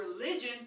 religion